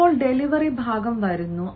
ഇപ്പോൾ ഡെലിവറി ഭാഗം വരുന്നു